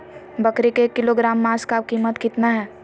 बकरी के एक किलोग्राम मांस का कीमत कितना है?